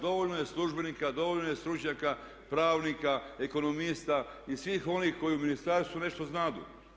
Dovoljno je službenika, dovoljno je stručnjaka, pravnika, ekonomista i svih onih koji u ministarstvu nešto znadu.